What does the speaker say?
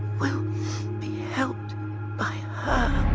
will be helped by